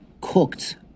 cooked